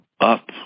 up